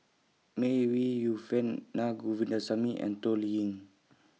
May Ooi Yu Fen Naa Govindasamy and Toh Liying